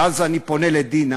ואז אני פונה לדינה,